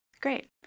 Great